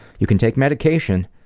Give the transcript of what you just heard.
you can take medication,